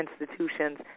institutions